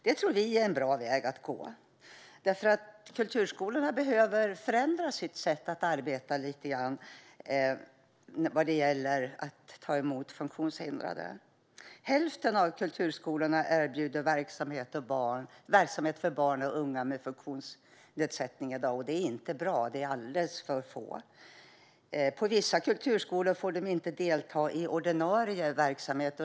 Det tror vi är en bra väg att gå, för kulturskolorna behöver förändra sitt sätt att arbeta lite grann vad gäller att ta emot funktionshindrade. Hälften av kulturskolorna erbjuder i dag verksamhet för barn och unga med funktionsnedsättning, och det är inte bra - det är alldeles för få. På vissa kulturskolor får dessa barn och unga inte delta i ordinarie verksamhet.